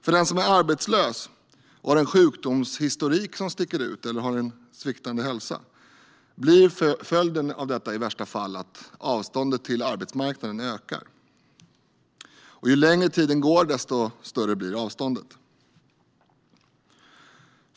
För den som är arbetslös och har en sjukdomshistorik som sticker ut eller har sviktande hälsa blir följden av detta i värsta fall att avståndet till arbetsmarknaden ökar. Ju längre tiden går, desto större blir avståndet.